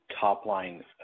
top-line